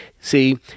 See